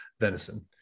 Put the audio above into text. venison